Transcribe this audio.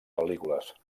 pel·lícules